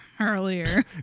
earlier